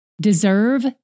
Deserve